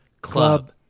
Club